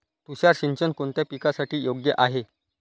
तुषार सिंचन कोणत्या पिकासाठी योग्य आहे?